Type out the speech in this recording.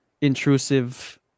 intrusive